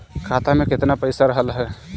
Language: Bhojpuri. खाता में केतना पइसा रहल ह?